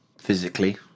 physically